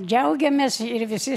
džiaugiamės ir visi